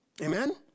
Amen